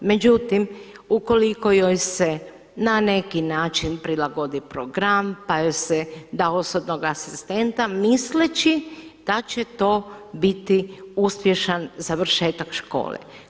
Međutim, ukoliko joj se na neki način prilagodi program pa joj se da osobnog asistenta misleći da će to biti uspješan završetak škole.